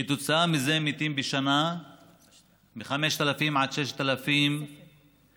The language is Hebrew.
כתוצאה מזה מתים בשנה מ-5,000 עד 6,000 אנשים,